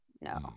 no